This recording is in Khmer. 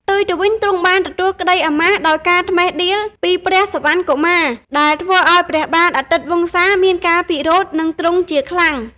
ផ្ទុយទៅវិញទ្រង់បានទទួលក្តីអាម៉ាសដោយការត្មិះដៀលពីព្រះសុវណ្ណកុមារ ដែលធ្វើឱ្យព្រះបាទអាទិត្យវង្សាមានការពិរោធនឹងទ្រង់ជាខ្លាំង។